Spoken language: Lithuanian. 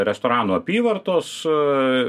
restoranų apyvartos